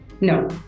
No